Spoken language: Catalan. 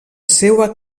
seua